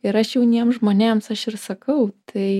ir aš jauniem žmonėms aš ir sakau tai